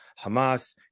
hamas